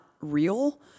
real